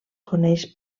coneix